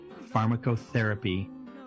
pharmacotherapy